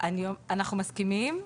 אנחנו מסכימים.